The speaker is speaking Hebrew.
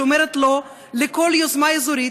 שאומר לא לכל יוזמה אזורית,